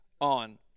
on